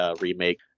remake